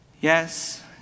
Yes